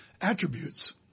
attributes